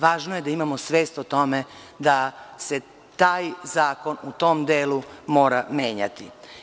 Važno je da imamo svest o tome da se taj zakon u tom delu mora menjati.